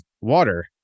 water